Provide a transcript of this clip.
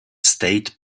state